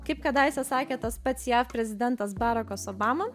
kaip kadaise sakė tas pats jav prezidentas barakas obama